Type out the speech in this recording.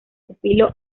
pupilo